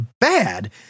bad